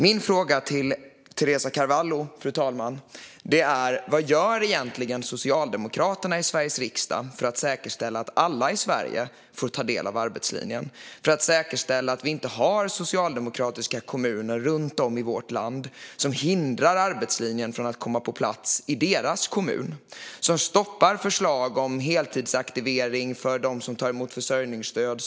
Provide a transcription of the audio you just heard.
Min fråga till Teresa Carvalho är: Vad gör egentligen Socialdemokraterna i Sveriges riksdag för att säkerställa att alla i Sverige får ta del av arbetslinjen och för att säkerställa att vi inte har socialdemokratiska kommuner runt om i vårt land som hindrar arbetslinjen från att komma på plats i deras kommun? De stoppar förslag om heltidsaktivering för dem som tar emot försörjningsstöd.